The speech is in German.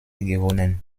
gewonnen